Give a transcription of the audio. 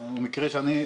זה בעניין הזה,